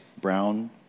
brown